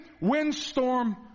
windstorm